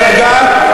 אני מציע לך להירגע,